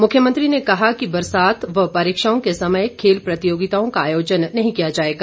मुख्यमंत्री ने कहा कि बरसात व परीक्षाओं के समय खेल प्रतियोगिताओं का आयोजन नहीं किया जाएगा